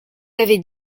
avez